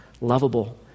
lovable